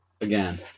again